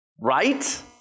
Right